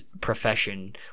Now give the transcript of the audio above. profession